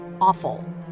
awful